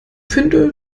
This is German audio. finde